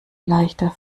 leichter